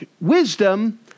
wisdom